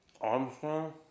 Armstrong